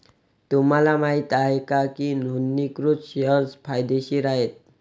तुम्हाला माहित आहे का की नोंदणीकृत शेअर्स फायदेशीर आहेत?